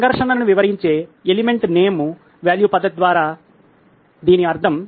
కాబట్టి సంఘర్షణను వివరించే ఎలిమెంట్ నేమ్ వాల్యూ పద్ధతి ద్వారా దీని అర్థం